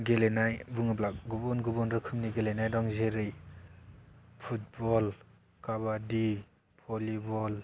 गेलेनाय बुङोब्ला गुबुन गुबुन रोखोमनि गेलेनाय दं जेरै फुटबल काबाडि भलिबल